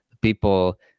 people